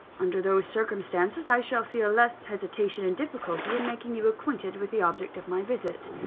under those circumstances, i shall feel less hesitation and difficulty in making you acquainted with the object of my visit.